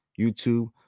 YouTube